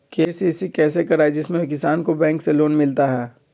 KCC कैसे कराये जिसमे किसान को बैंक से लोन मिलता है?